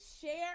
share